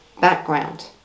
background